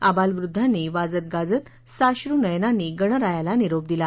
आबालवृद्धांनी वाजतगाजत साश्रुनयनांनी गणरायाला निरोप दिला